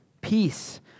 Peace